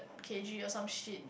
K G or some shit